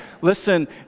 Listen